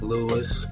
Lewis